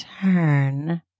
turn